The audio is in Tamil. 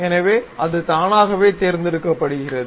எனவே இது தானாகவே தேர்ந்தெடுக்கப்படுகிறது